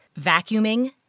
vacuuming